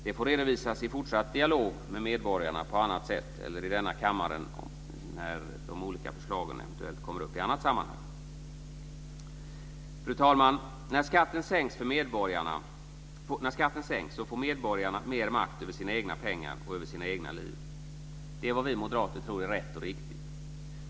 Det får redovisas i fortsatt dialog med medborgarna på annat sätt eller i denna kammare när de olika förslagen eventuellt kommer upp i annat sammanhang. Fru talman! När skatten sänks får medborgarna mer makt över sina egna pengar och över sina egna liv. Det är vad vi moderater tror är rätt och riktigt.